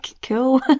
cool